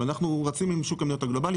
ואנחנו רצים עם שוק המניות הגלובלי,